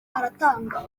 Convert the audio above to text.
aratanga